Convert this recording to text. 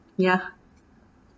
ya